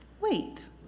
Wait